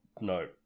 No